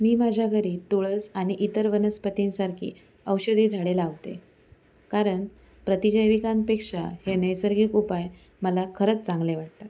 मी माझ्या घरी तुळस आणि इतर वनस्पतींसारखी औषधी झाडे लावते कारण प्रतिजैविकांपेक्षा हे नैसर्गिक उपाय मला खरंच चांगले वाटतात